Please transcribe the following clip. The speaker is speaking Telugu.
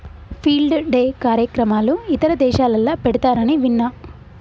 ఫీల్డ్ డే కార్యక్రమాలు ఇతర దేశాలల్ల పెడతారని విన్న